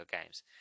games